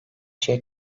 şey